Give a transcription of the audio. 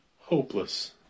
Hopeless